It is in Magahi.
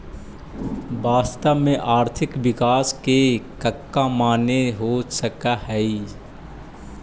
वास्तव में आर्थिक विकास के कका माने हो सकऽ हइ?